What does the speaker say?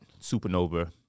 supernova